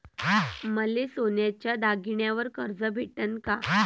मले सोन्याच्या दागिन्यावर कर्ज भेटन का?